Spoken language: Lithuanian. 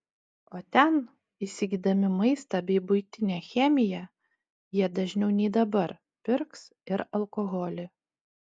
o ten įsigydami maistą bei buitinę chemiją jie dažniau nei dabar pirks ir alkoholį